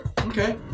Okay